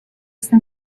está